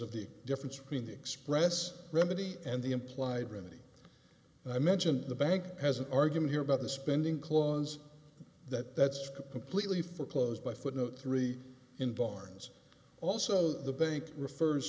of the difference between the express remedy and the implied ranie i mention the bank has an argument here about the spending clause that that's completely foreclosed by footnote three in barnes also the bank refers